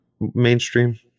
mainstream